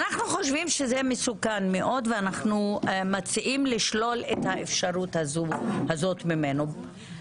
אנחנו חושבים שזה מסוכן מאוד ואנחנו מציעים לשלול את האפשרות הזאת ממנו.